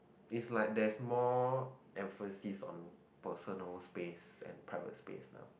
it's like there is more emphasis on personal space and private space lah